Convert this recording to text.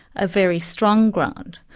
a very strong ground.